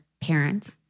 parents